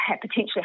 potentially